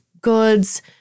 goods